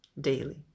daily